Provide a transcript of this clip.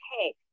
okay